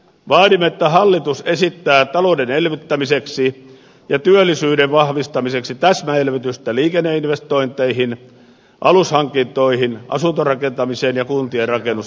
vaadimme että hallitus esittää talouden elvyttämiseksi ja työllisyyden vahvistamiseksi täsmäelvytystä liikenneinvestointeihin alushankintoihin asuntorakentamiseen ja kuntien rakennusinvestointeihin